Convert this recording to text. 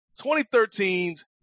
2013's